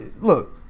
Look